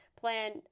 plan